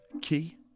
key